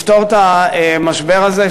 לפתור את המשבר הזה,